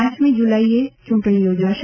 પાંચમી જુલાઇએ ચૂંટણી યોજાશે